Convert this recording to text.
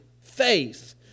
faith